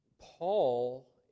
Paul